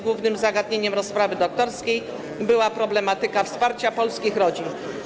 Głównym zagadnieniem rozprawy doktorskiej była problematyka wsparcia polskich rodzin.